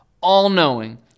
all-knowing